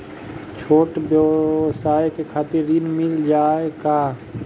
छोट ब्योसाय के खातिर ऋण मिल जाए का?